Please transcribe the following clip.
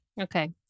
Okay